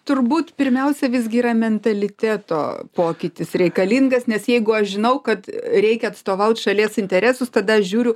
turbūt pirmiausia visgi yra mentaliteto pokytis reikalingas nes jeigu aš žinau kad reikia atstovaut šalies interesus tada aš žiūriu